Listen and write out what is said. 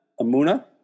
Amuna